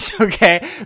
okay